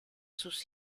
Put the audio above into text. sus